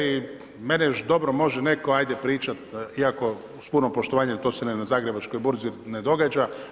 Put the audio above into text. I meni dobro može netko ajde pričati, iako uz puno poštovanje to se ni na Zagrebačkoj burzi ne događa.